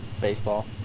baseball